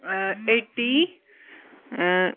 ٲں ایٚٹی ٲں